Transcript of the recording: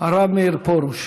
הרב מאיר פרוש.